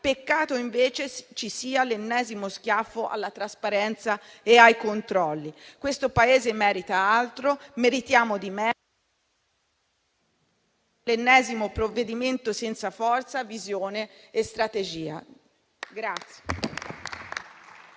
Peccato che invece ci sia l'ennesimo schiaffo alla trasparenza e ai controlli. Questo Paese merita altro, meritiamo di meglio dell'ennesimo provvedimento senza forza, visione e strategia.